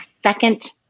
second